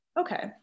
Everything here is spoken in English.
okay